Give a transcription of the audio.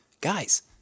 Guys